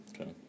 Okay